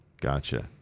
Gotcha